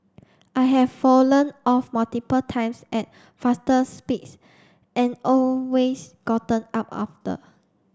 I have fallen off multiple times at faster speeds and always gotten up after